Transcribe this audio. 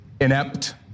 inept